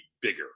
bigger